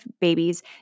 babies